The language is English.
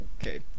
Okay